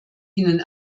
ihnen